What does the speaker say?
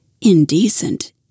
indecent